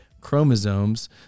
chromosomes